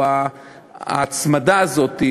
או ההצמדה הזאת,